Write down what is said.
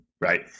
right